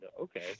Okay